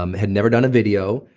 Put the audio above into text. um had never done a video.